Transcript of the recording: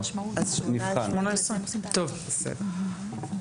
אם כן, 18. בסדר.